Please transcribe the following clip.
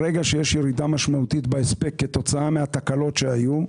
ברגע שיש ירידה משמעותית בהספק כתוצאה מהתקלות שהיו,